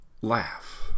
Laugh